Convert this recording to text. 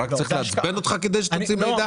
רק צריך לעצבן אותך כדי שתוציא מידע?